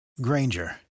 Granger